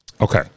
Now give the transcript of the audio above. Okay